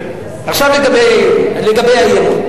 האי-אמון.